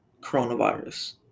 coronavirus